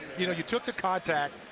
you know you took the contact.